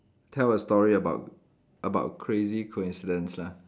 tell a story about about crazy coincidence lah